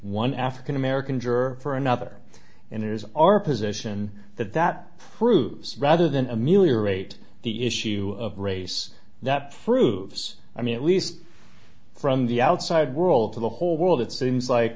one african american juror another and it was our position that that proves rather than ameliorate the issue of race that proves i mean at least from the outside world to the whole world it seems like